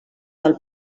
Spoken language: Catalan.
del